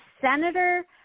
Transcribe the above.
Senator